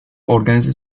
organize